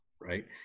right